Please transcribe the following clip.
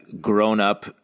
grown-up